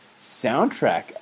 soundtrack